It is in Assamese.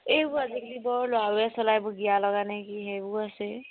এইবোৰ আজিকালি বৰ ল'ৰাবোৰে চলাই এইবোৰ গিয়াৰ লগা নে কি সেইবোৰ আছে